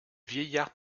vieillards